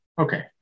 okay